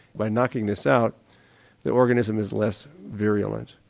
by knocking this out the organism is less virulent.